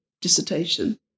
dissertation